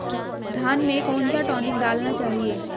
धान में कौन सा टॉनिक डालना चाहिए?